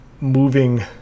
moving